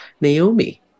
Naomi